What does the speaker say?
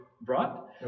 brought